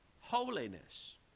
holiness